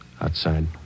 Outside